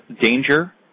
danger